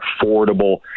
affordable